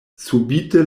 subite